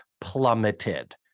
plummeted